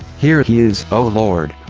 here he is, o lord!